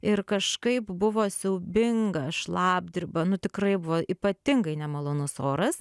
ir kažkaip buvo siaubinga šlapdriba nu tikrai buvo ypatingai nemalonus oras